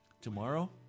Tomorrow